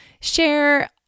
share